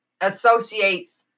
associates